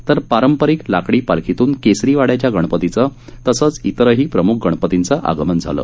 तर पारंपरिक लाकडी पालखीतून केसरी वाड्याच्या गणपतीचं तसंच इतरही प्रमुख गणपतींचं आगमन झालं